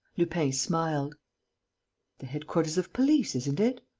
lupin smiled the headquarters of police, isn't it?